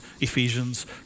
Ephesians